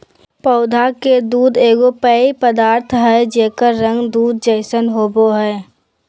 पौधा के दूध एगो पेय पदार्थ हइ जेकर रंग दूध जैसन होबो हइ